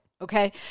Okay